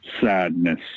sadness